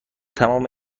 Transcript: تمام